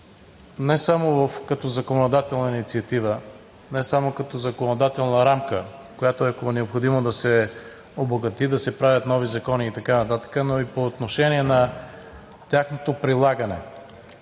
не само като законодателна инициатива, не само като законодателна рамка, която, ако е необходимо да се обогати, да се правят нови закони и така нататък, но и по отношение на тяхното прилагане.